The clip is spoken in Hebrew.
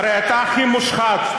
הרי אתה הכי מושחת.